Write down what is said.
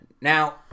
Now